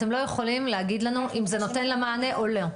אתם לא יכולים להגיד לנו אם זה נותן מענה או לא.